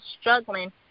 struggling